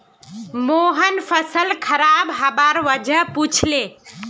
मोहन फसल खराब हबार वजह पुछले